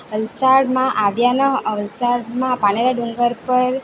વલસાડમાં આવ્યા ન વલસાડમાં પાનેરા ડુંગર પર